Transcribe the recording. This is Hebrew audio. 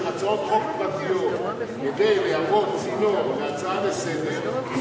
הצעות חוק פרטיות כדי לשמש צינור להצעה לסדר-היום,